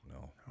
No